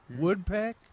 Woodpeck